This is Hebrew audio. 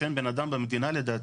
שאין בן אדם במדינה לדעתי,